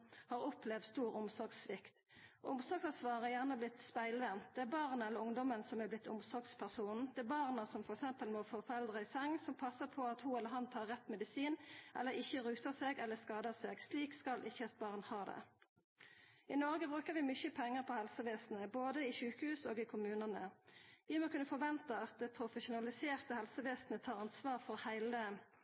har opplevd stor omsorgssvikt. Omsorgsansvaret har gjerne blitt spegelvendt, det er barnet eller ungdommen som har blitt omsorgspersonen, det er barnet som t.d. må få foreldre i seng, som passar på at ho eller han tar rett medisin, eller ikkje rusar seg eller skadar seg. Slik skal ikkje eit barn ha det. I Noreg brukar vi mykje pengar på helsevesenet, både i sjukehus og i kommunane. Vi må kunne forventa at det profesjonaliserte helsevesenet tar ansvar for heile